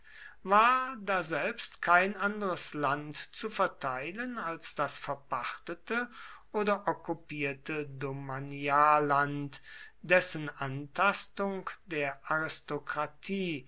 war daselbst kein anderes land zu verteilen als das verpachtete oder okkupierte domanialland dessen antastung der